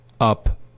up